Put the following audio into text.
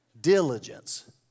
Diligence